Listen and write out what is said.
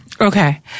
Okay